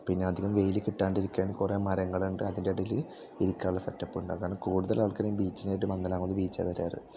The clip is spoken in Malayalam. പിന്നെ അധികം വെയിൽ കിട്ടാണ്ടിരിക്കാൻ കുറേ മരങ്ങളുണ്ട് അതിൻ്റെ ഇടയിൽ ഇരിക്കാനുള്ള സെറ്റപ്പുണ്ട് അതാണ് കൂടുതൽ ആൾക്കാർ ഈ ബീച്ചിനായിട്ട് മന്ദലാം കുന്ന് ബീച്ചാണ് വരാറുള്ളത്